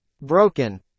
broken